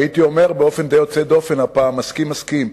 הייתי אומר באופן די יוצא דופן הפעם: מסכים מסכים,